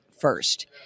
first